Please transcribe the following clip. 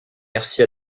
merci